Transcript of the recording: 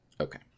Okay